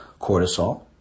cortisol